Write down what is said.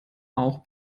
auch